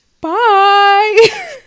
bye